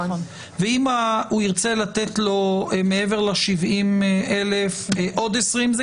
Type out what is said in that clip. אם הוא ירצה לתת לו מעבר ל-70,000 שקלים עוד 20,000 שקלים,